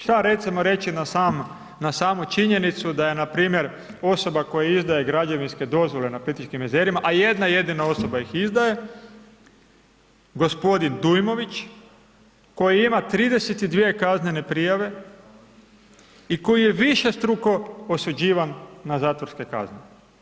Šta recimo reći na samu činjenicu daje npr. osoba koja izdaje građevinske dozvole na Plitvičkim jezerima a jedna jedina osoba ih izdaje, g. Dujmović koji ima 32 kaznene prijave i koji je višestruko osuđivan a zatvorske kazne?